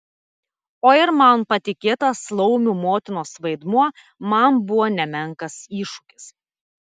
o ir man patikėtas laumių motinos vaidmuo man buvo nemenkas iššūkis